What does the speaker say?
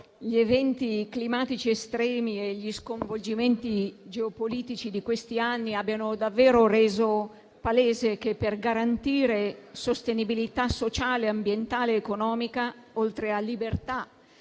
gli eventi climatici estremi e gli sconvolgimenti geopolitici di questi anni abbiano davvero reso palese che, per garantire la sostenibilità sociale, ambientale ed economica, oltre alla libertà